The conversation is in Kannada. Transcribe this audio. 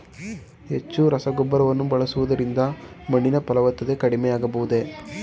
ಹೆಚ್ಚು ರಸಗೊಬ್ಬರವನ್ನು ಬಳಸುವುದರಿಂದ ಮಣ್ಣಿನ ಫಲವತ್ತತೆ ಕಡಿಮೆ ಆಗಬಹುದೇ?